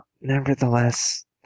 nevertheless